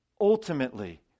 Ultimately